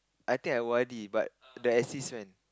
I think I o_r_d but the assist when